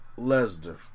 Lesnar